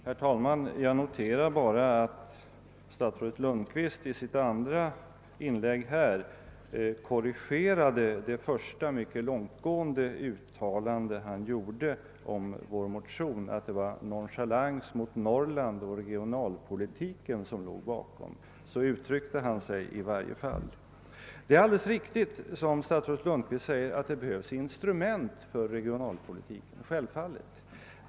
Herr talman! Jag noterar bara att statsrådet Lundkvist i sitt andra inlägg korrigerade det första mycket långtgående uttalande som han gjorde om vår motion, att det var nonchalans mot Norrland och regionalpolitiken som låg bakom. Det är alldeles riktigt som statsrådet Lundkvist säger, att det behövs instrument för regionalpolitiken. Självfallet behövs sådana.